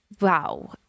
Wow